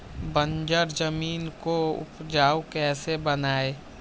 बंजर जमीन को उपजाऊ कैसे बनाय?